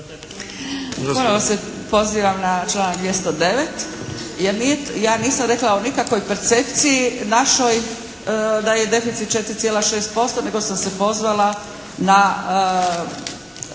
se pozivam na članak 209. jer ja nisam rekla o nikakvoj percepciji našoj da je deficit 4,6%, nego sam se pozvala na